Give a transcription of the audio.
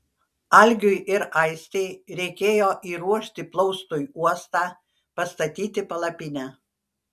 algiui ir aistei reikėjo įruošti plaustui uostą pastatyti palapinę